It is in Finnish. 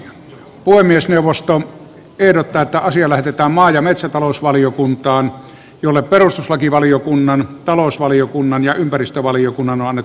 puhemiesneuvosto ehdottaa että asia lähetetään maa ja metsätalousvaliokuntaan jolle perustuslakivaliokunnan talousvaliokunnan ja ympäristövaliokunnan on annettava lausunto